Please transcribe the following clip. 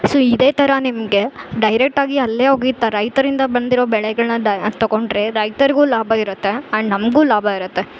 so ಇದೇ ಥರ ನಿಮಗೆ ಡೈರೆಕ್ಟಾಗಿ ಅಲ್ಲೇ ಹೋಗಿ ತ ರೈತರಿಂದ ಬಂದಿರೋ ಬೆಳೆಗಳನ್ನ ಡ ತಕೊಂಡರೆ ರೈತರ್ಗೂ ಲಾಭ ಇರತ್ತೆ ಆ್ಯಂಡ್ ನಮಗೂ ಲಾಭ ಇರತ್ತೆ